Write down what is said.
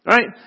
Right